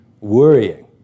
worrying